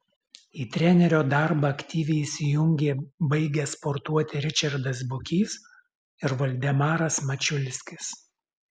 į trenerio darbą aktyviai įsijungė baigę sportuoti ričardas bukys ir voldemaras mačiulskis